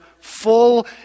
full